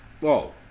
Whoa